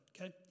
okay